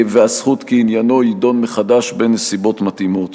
והזכות כי עניינו יידון מחדש בנסיבות מתאימות.